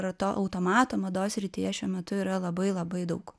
ir automato mados srityje šiuo metu yra labai labai daug